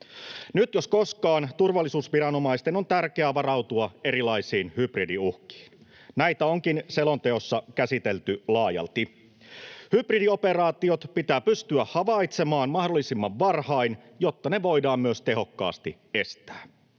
Nyt jos koskaan turvallisuusviranomaisten on tärkeää varautua erilaisiin hybridiuhkiin. Näitä onkin selonteossa käsitelty laajalti. Hybridioperaatiot pitää pystyä havaitsemaan mahdollisimman varhain, jotta ne voidaan myös tehokkaasti estää.